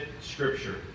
Scripture